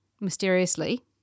mysteriously